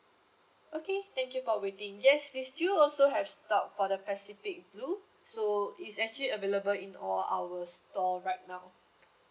okay thank you for waiting yes we still also have stock for the pacific blue so it's actually available in all our store right now